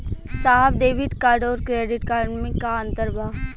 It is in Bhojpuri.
साहब डेबिट कार्ड और क्रेडिट कार्ड में का अंतर बा?